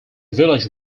village